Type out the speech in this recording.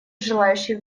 желающих